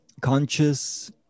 conscious